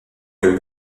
que